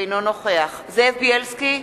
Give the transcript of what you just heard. אינו נוכח זאב בילסקי,